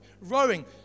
Rowing